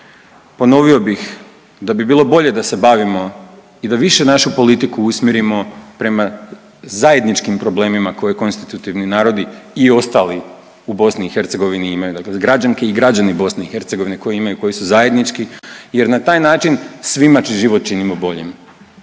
ponovio bih da bi bilo bolje da se bavimo i da više našu politiku usmjerimo prema zajedničkim problemima koje konstitutivni narodi i ostali u BiH imaju, dakle građanke i građani BiH koje imaju, koji su zajednički jer na taj način svima …/Govornik se